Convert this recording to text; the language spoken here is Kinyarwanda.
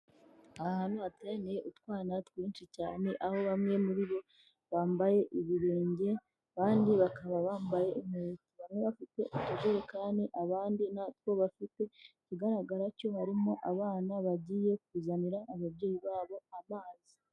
Ahantu hateraniye utwana twinshi cyane, aho bamwe muri bo bambaye ibirenge kandi bakaba bambaye inkweto, bamwe bafite utujerekani abandi ntatwo bafite ikigaragara cyo harimo abana bagiye kuzanira ababyeyi babo amazi.